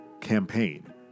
campaign